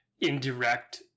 indirect